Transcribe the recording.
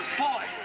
boy.